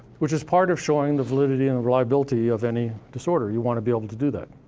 which is part of showing the validity and the reliability of any disorder. you wanna be able to do that.